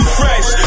fresh